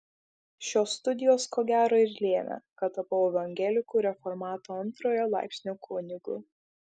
šios studijos ko gero ir lėmė kad tapau evangelikų reformatų antrojo laipsnio kunigu